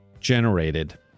generated